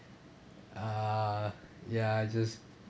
uh ya I just